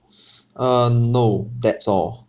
uh no that's all